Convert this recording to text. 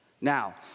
Now